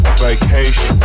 vacation